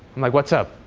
like what's up?